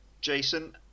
Jason